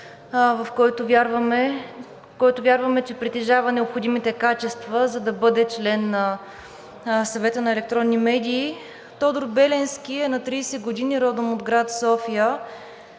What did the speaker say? който вярваме, че притежава необходимите качества, за да бъде член на Съвета за електронни медии. Тодор Беленски е на 30 години и е родом от град София.